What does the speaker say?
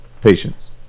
patients